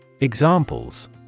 Examples